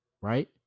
right